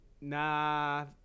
Nah